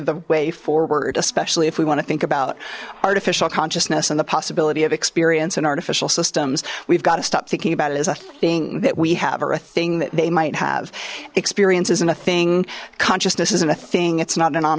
the way forward especially if we want to think about artificial consciousness and the possibility of experience and artificial systems we've got to stop thinking about it as a thing that we have or a thing that they might have experience isn't a thing consciousness isn't a thing it's not